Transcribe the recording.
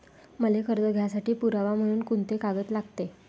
मले कर्ज घ्यासाठी पुरावा म्हनून कुंते कागद लागते?